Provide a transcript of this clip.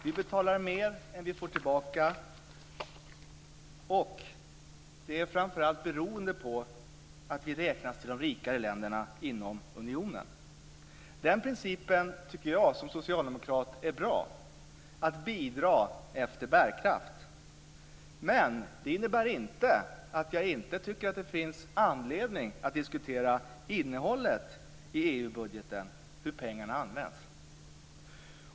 Vi betalar mer än vad vi får tillbaka, framför allt beroende på att vi räknas till de rikare länderna inom unionen. Som socialdemokrat tycker jag att den principen är bra, att bidra efter bärkraft. Men det innebär inte att jag inte tycker att det finns anledning att diskutera innehållet i budgeten, hur pengarna används.